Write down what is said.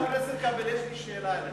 חבר הכנסת כבל, יש לי שאלה אליך: